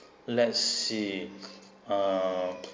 let's see uh